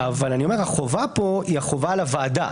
אני אומר שהחובה כאן היא החובה על הוועדה.